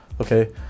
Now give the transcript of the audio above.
Okay